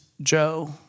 Joe